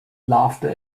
laughter